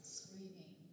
screaming